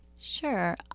Sure